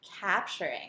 capturing